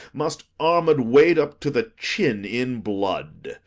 must armed wade up to the chin in blood.